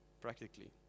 practically